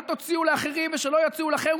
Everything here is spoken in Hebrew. אל תוציאו לאחרים ושלא יוציאו לכם,